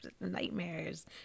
nightmares